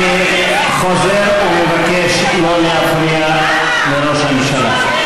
אני חוזר ומבקש שלא להפריע לראש הממשלה.